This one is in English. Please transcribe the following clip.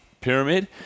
pyramid